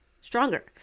stronger